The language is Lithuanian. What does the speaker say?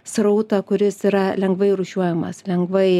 srautą kuris yra lengvai rūšiuojamas lengvai